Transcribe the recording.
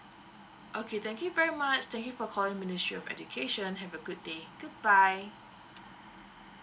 okay thank you very much thank you for calling ministry of education have a good day goodbye